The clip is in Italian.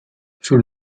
sul